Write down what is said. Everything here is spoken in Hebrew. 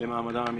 למעמדם המקצועי.